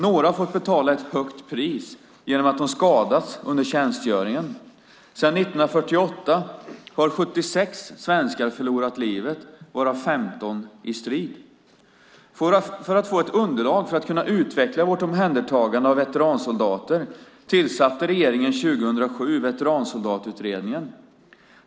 Några har fått betala ett högt pris genom att de skadats under tjänstgöringen. Sedan 1948 har 76 svenskar förlorat livet, varav 15 i strid. För att få ett underlag för att kunna utveckla vårt omhändertagande av veteransoldater tillsatte regeringen 2007 Veteransoldatutredningen.